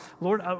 Lord